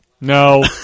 No